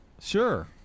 Sure